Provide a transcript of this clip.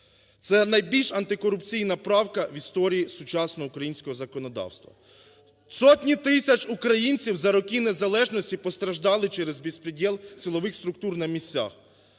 це найбільш антикорупційна правка в історії сучасного українського законодавства. Сотні тисяч українців за роки незалежності постраждали черезбезпрєдєл силових структур на місцях,